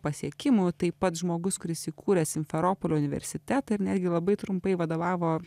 pasiekimų taip pat žmogus kuris įkūrė simferopolio universitetą ir netgi labai trumpai vadovavo